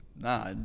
nah